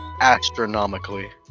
astronomically